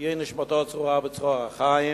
תהי נשמתו צרורה בצרור החיים,